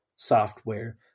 software